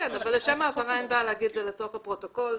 לשם ההבהרה אין בעיה להגיד את זה לצורך הפרוטוקול,